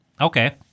Okay